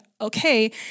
okay